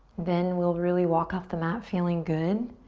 then we'll really walk off the mat feeling good.